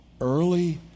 early